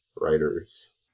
writers